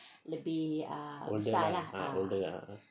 older lah ah older